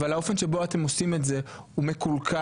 אבל האופן שבו אתם עושים את זה הוא מקולקל,